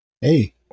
hey